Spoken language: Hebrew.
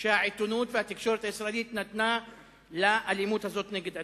שהעיתונות והתקשורת הישראלית נתנו לאלימות הזאת נגד עיתונאים.